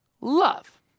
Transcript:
love